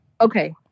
okay